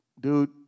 Dude